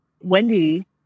Wendy